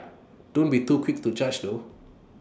don't be too quick to judge though